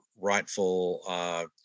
rightful